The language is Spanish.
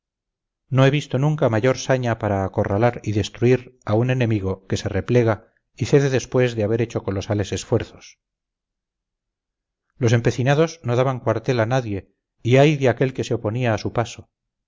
no he visto nunca mayor saña para acorralar y destruir a un enemigo que se replega y cede después de haber hecho colosales esfuerzos los empecinados no daban cuartel a nadie y ay de aquel que se oponía a su paso